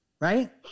Right